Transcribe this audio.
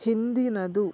ಹಿಂದಿನದು